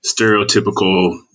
stereotypical